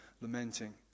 lamenting